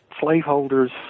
slaveholders